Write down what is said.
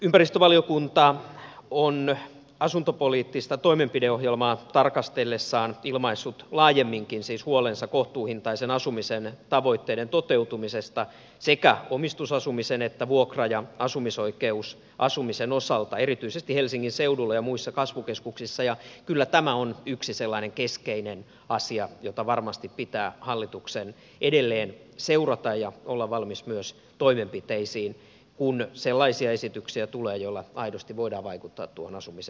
ympäristövaliokunta on asuntopoliittista toimenpideohjelmaa tarkastellessaan ilmaissut laajemminkin huolensa kohtuuhintaisen asumisen tavoitteiden toteutumisesta sekä omistusasumisen että vuokra ja asumisoikeusasumisen osalta erityisesti helsingin seudulla ja muissa kasvukeskuksissa ja kyllä tämä on yksi keskeinen asia jota varmasti pitää hallituksen edelleen seurata ja olla valmis myös toimenpiteisiin kun tulee sellaisia esityksiä joilla aidosti voidaan vaikuttaa asumisen hintaan